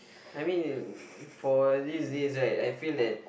I mean for these days right I feel that